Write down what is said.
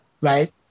right